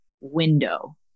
window